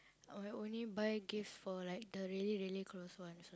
I will only buy gifts for like the really really close ones